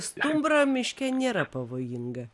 stumbrą miške nėra pavojinga